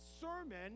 sermon